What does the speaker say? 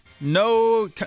No